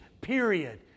period